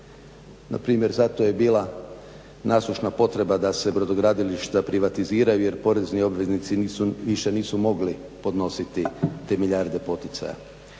npr. zato je bila nasušna potreba da se brodogradilišta privatiziraju jer porezni obveznici više nisu mogli podnositi te milijarde poticaja.